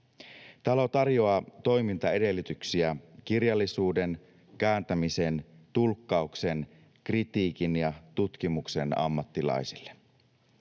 Talo tarjoaa toimintaedellytyksiä kirjallisuuden, kääntämisen, tulkkauksen, kritiikin ja tutkimuksen ammattilaisille.